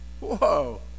Whoa